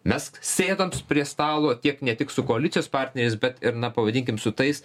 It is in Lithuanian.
mes sėdams prie stalo tiek ne tik su koalicijos partneriais bet ir na pavadinkim su tais